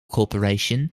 corporation